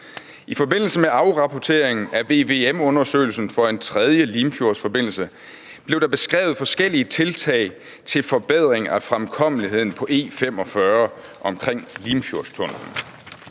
I forbindelse med afrapporteringen af VVM-undersøgelsen for en tredje Limfjordsforbindelse blev der beskrevet forskellige tiltag til forbedring af fremkommeligheden på E45 omkring Limfjordstunnellen.